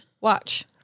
watch